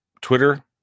Twitter